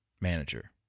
manager